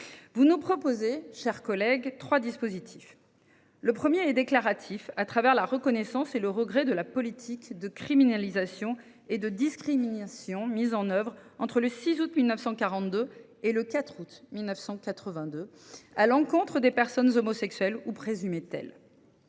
Bourgi nous propose d’adopter trois dispositifs. Le premier est déclaratif : il s’agit d’exprimer la reconnaissance et le regret de la politique de criminalisation et de discrimination mise en œuvre entre le 6 août 1942 et le 4 août 1982 à l’encontre des personnes homosexuelles, ou présumées telles.